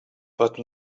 but